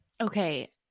Okay